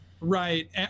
right